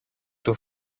του